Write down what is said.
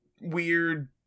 weird